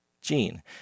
gene